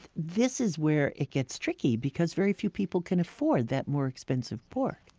this is where it gets tricky, because very few people can afford that more-expensive pork